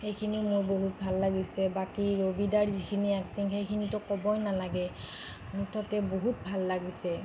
সেইখিনি মোৰ বহুত ভাল লাগিছে বাকী ৰবি দাৰ যিখিনি এক্টিং সেইখিনিতো ক'বই নেলাগে মুঠতে বহুত ভাল লাগিছে